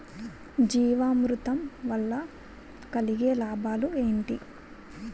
జీవామృతం వల్ల కలిగే లాభాలు ఏంటి?